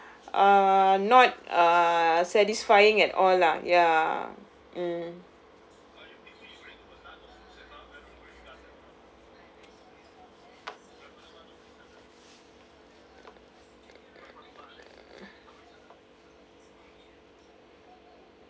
uh not uh satisfying at all lah ya mm